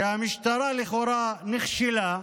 שהמשטרה לכאורה נכשלה.